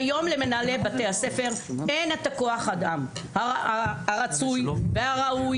כיום למנהלי בתי הספר אין את כוח האדם הרצוי והראוי